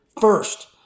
First